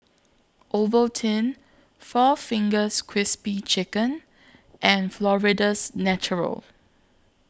Ovaltine four Fingers Crispy Chicken and Florida's Natural